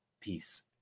Peace